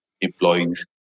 employees